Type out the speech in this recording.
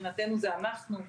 מבחינתנו זה אנחנו,